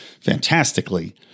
fantastically